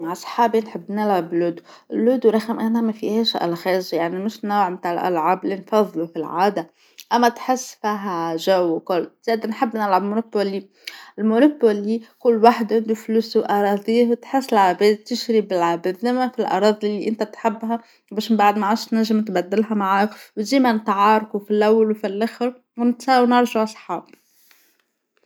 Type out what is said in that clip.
مع صحابى نحب نلعب لودو، اللودو رغم أنها مفيهاش ألغاز يعنى مش نوع تاع الألعاب اللى نفظلوا في العادة، أما تحس فيها جو كل، زيادة نحب نلعب منتوبلى، المنتوبلى كل واحد يبنى فلوسه وأراضية وتحس لعبة تشرى بلعبة قدامك الأراضى اللى أنت تحبها بيش ما عادش تنجم تبدلها معاه وديما نتعاركوا ف الأول وفي الآخر ونتساوو ونرجعوا أصحاب.